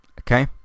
okay